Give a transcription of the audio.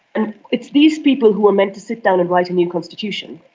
and it's these people who were meant to sit down and write a new constitution.